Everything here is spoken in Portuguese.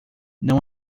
não